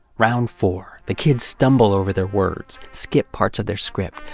round four. the kids stumble over their words, skip parts of their script,